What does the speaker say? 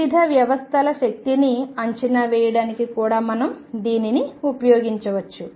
వివిధ వ్యవస్థల శక్తిని అంచనా వేయడానికి కూడా మనం దీనిని ఉపయోగించవచ్చు